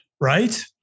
right